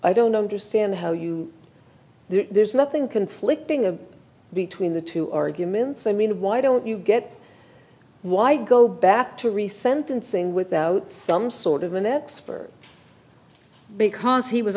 i don't understand how you there's nothing conflicting and between the two arguments i mean why don't you get why go back to recent and saying without some sort of an expert because he was